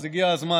אז הגיע הזמן.